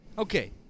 Okay